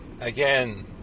Again